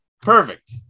Perfect